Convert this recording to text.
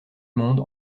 monde